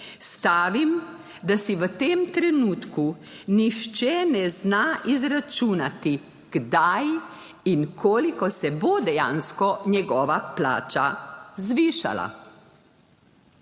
Stavim, da si v tem trenutku nihče ne zna izračunati, kdaj in koliko se bo dejansko njegova plača zvišala.